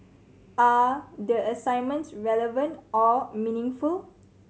are the assignments relevant or meaningful